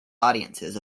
audiences